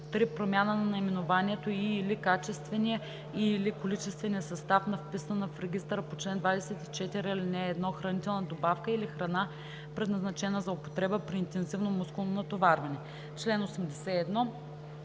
промяна на наименованието и/или качествения и/или количествения състав на вписана в регистъра по чл. 24, ал. 1 хранителна добавка или храна, предназначена за употреба при интензивно мускулно натоварване.“ По чл.